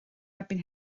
erbyn